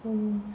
mm